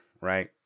right